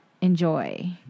enjoy